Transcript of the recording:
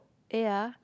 ya